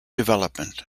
development